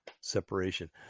separation